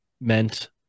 meant